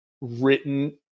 written